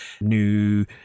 New